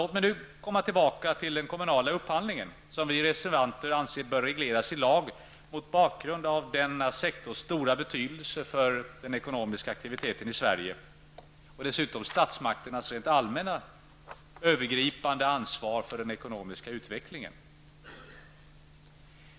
Låt mig nu gå tillbaka till den kommunala upphandlingen, som vi reservanter anser bör regleras i lag mot bakgrund av denna sektors stora betydelse för den ekonomiska aktiviteten i Sverige och dessutom statsmakternas allmänna, övergripande ansvar för den ekonomiska utvecklingen.